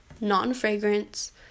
non-fragrance